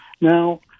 Now